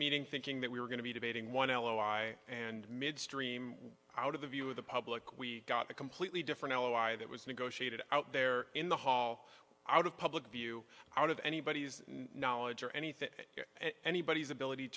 meeting thinking that we were going to be debating one l o i and midstream out of the view of the public we got a completely different alibi that was negotiated out there in the hall out of public view out of anybody's knowledge or anything anybody's ability